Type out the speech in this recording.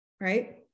right